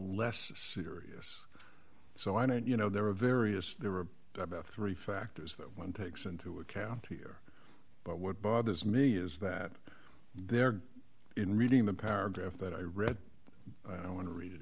less serious so i don't you know there are various there are about three factors that one takes into account here but what bothers me is that there in reading the paragraph that i read i want to read it